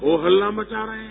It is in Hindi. हो हल्ला मचा रहे हैं